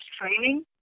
training